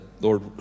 Lord